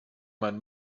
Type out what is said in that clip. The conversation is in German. man